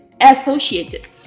associated